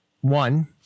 one